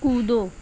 कूदो